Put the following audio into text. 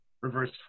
reverse